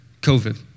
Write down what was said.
COVID